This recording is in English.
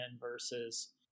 versus